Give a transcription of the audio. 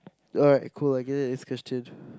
alright cool I get it next question